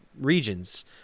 regions